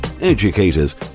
educators